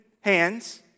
hands